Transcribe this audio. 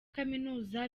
kaminuza